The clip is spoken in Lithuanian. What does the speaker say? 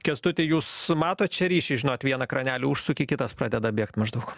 kęstuti jūs matot čia ryšį žinot vieną kranelį užsuki kitas pradeda bėgt maždaug